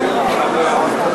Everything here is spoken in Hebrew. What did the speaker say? אבל כך זה ייראה.